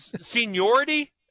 seniority